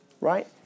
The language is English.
Right